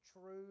true